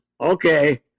okay